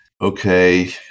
okay